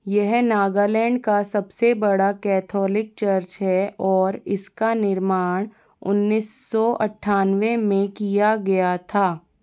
यह नागालैंड का सबसे बड़ा कैथोलिक चर्च है और इसका निर्माण उन्नीस सौ अठानवे में किया गया था